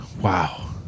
wow